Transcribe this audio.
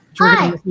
Hi